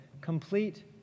complete